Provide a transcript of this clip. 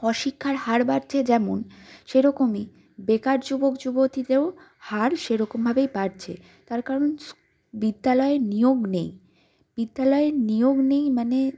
অশিক্ষার হার বাড়ছে যেমন সেরকমই বেকার যুবক যুবতীতেও হার সেরকম ভাবেই বাড়ছে তার কারণ বিদ্যালয়ের নিয়োগ নেই বিদ্যালয়ের নিয়োগ নেই মানে